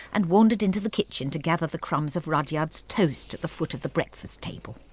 and wandered into the kitchen to gather the crumbs of rudyard's toast at the foot of the breakfast table.